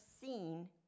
seen